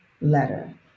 letter